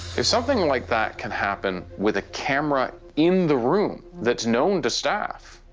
if something like that can happen with a camera in the room that's known to staff,